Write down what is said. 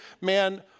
man